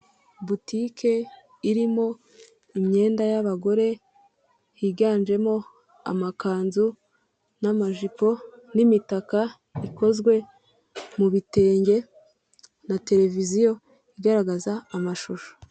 Butike irimo imyenda y'abagore; higanjemo amakanzu n'amajipo n'imitaka ikozwe mu bitenge, na televiziyo igaragaza amashusho.